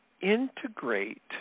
integrate